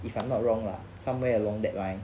if I'm not wrong lah somewhere along that line